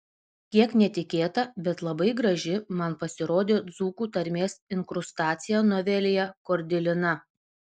kiek netikėta bet labai graži man pasirodė dzūkų tarmės inkrustacija novelėje kordilina